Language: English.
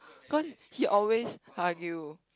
cause he always argue